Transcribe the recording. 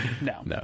No